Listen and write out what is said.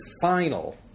final